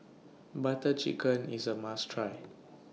Butter Chicken IS A must Try